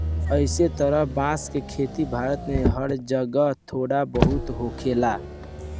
अइसे त बांस के खेती भारत में हर जगह थोड़ा बहुत होखेला